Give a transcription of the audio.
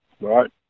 Right